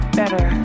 better